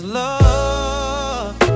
love